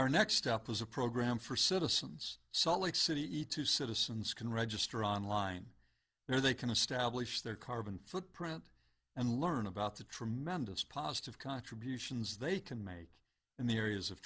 our next step was a program for citizens salt lake city each to citizens can register online where they can establish their carbon footprint and learn about the tremendous positive contributions they can make in the areas of